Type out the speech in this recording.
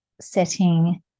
setting